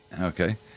okay